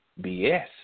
BS